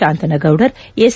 Shantana Goudar S